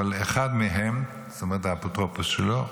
אבל אחד מהם, זאת אומרת האפוטרופוס שלו,